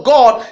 God